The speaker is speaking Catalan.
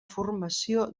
formació